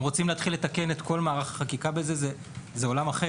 אם רוצים לתקן את כל מערך החקיקה, זה עולם אחר.